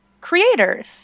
creators